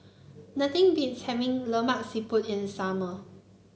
nothing beats having Lemak Siput in the summer